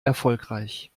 erfolgreich